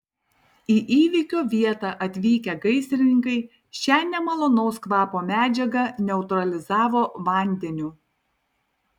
į įvykio vietą atvykę gaisrininkai šią nemalonaus kvapo medžiagą neutralizavo vandeniu